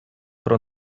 про